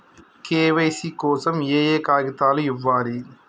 KYC కోసం ఏయే కాగితాలు ఇవ్వాలి?